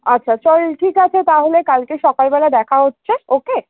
আচ্ছা চল ঠিক আছে তাহলে কালকে সকালবেলা দেখা হচ্ছে ওকে